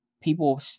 people